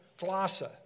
glossa